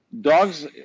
dogs